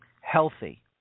healthy